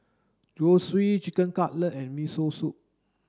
Zosui Chicken Cutlet and Miso Soup